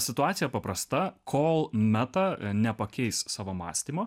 situacija paprasta kol meta nepakeis savo mąstymo